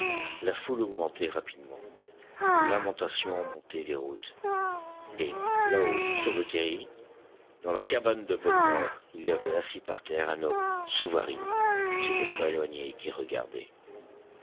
la foule augmentait rapidement une lamentation montait des routes et là-haut sur le terri dans la cabane de bonnemort il y avait assis par terre un homme souvarine qui ne s'était pas éloigné et qui regardait